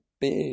big